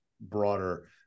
broader